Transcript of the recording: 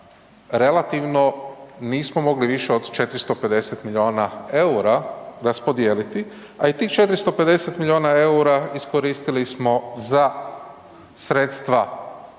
relativno nismo mogli više od 450 milijuna EUR-a raspodijeliti, a i tih 450 milijuna EUR-a iskoristili smo za sredstva